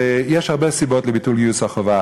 ויש הרבה סיבות לביטול גיוס החובה.